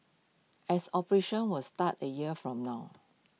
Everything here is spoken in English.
as operations will start A year from now